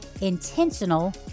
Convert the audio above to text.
intentional